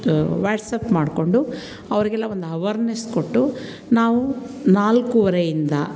WhatsApp ಮಾಡಿಕೊಂಡು ಅವರಿಗೆಲ್ಲ ಒಂದು ಅವರ್ನೆಸ್ ಕೊಟ್ಟು ನಾವು ನಾಲ್ಕುವರೆಯಿಂದ